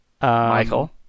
Michael